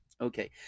Okay